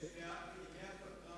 ימי הפגרה